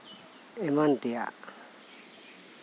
ᱮᱢᱟᱱ ᱛᱮᱭᱟᱜ